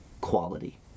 Quality